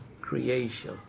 creation